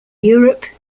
europe